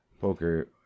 poker